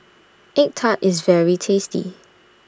Egg Tart IS very tasty